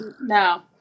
No